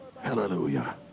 Hallelujah